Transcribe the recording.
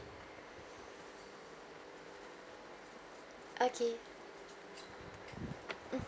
okay